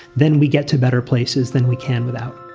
then we get to better places than we can without